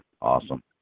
awesome